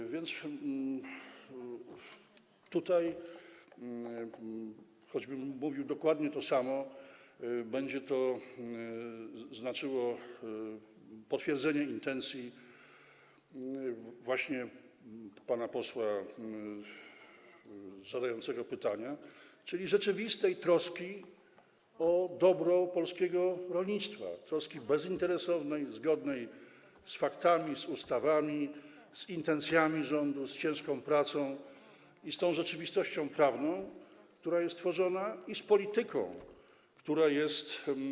Tak więc tutaj choćbym mówił dokładnie to samo, będzie to oznaczało potwierdzenie intencji pana posła zadającego pytanie, czyli rzeczywistej troski o dobro polskiego rolnictwa, troski bezinteresownej, zgodnej z faktami, ustawami, intencjami rządu, ciężką pracą, zgodnej z tą rzeczywistością prawną, która jest tworzona, i z polityką, która jest.